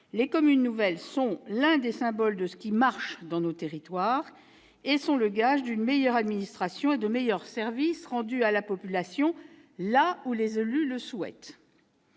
Les communes nouvelles sont l'un des symboles de ce qui marche dans nos territoires, et sont le gage d'une meilleure administration et de meilleurs services rendus à la population, là où les élus le souhaitent.